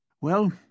Well